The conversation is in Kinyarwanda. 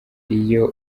iyo